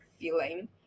feeling